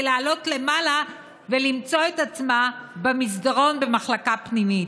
לעלות למעלה ולמצוא את עצמה במסדרון במחלקה פנימית,